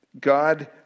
God